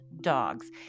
dogs